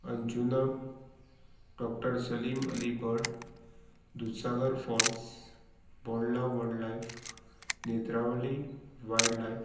Anjuna doctor Salim Ali bird Dudhsagar falls Bondla wild life Netravali wild life